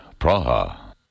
Praha